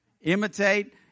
Imitate